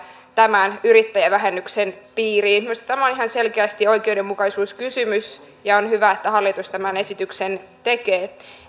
tämän yrittäjävähennyksen piiriin minusta tämä on ihan selkeästi oikeudenmukaisuuskysymys ja on hyvä että hallitus tämän esityksen tekee